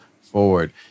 forward